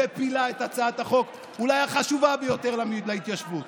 מפילה את הצעת החוק אולי החשובה ביותר להתיישבות.